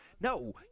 no